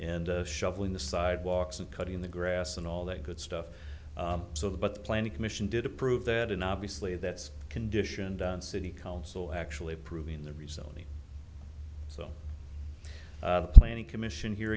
and shoveling the sidewalks and cutting the grass and all that good stuff so the but the planning commission did approve that and obviously that's conditioned on city council actually approving the rezoning so planning commission here